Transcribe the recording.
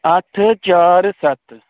ਅੱਠ ਚਾਰ ਸੱਤ